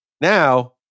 Now